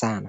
sana.